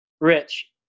Rich